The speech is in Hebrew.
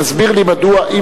תסביר לי מדוע,